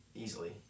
Easily